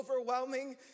overwhelming